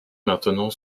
maintenant